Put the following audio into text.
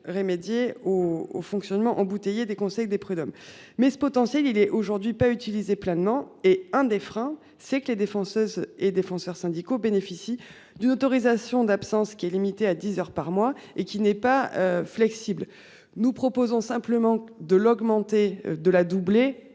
remédier au au fonctionnement embouteillé des conseils des prud'hommes. Mais ce potentiel, il est aujourd'hui pas utiliser pleinement et un des freins, c'est que les défenseuse et défenseurs syndicaux bénéficient d'une autorisation d'absence qui est limité à 10h par mois et qui n'est pas. Flexible. Nous proposons simplement de l'augmenter de la doubler,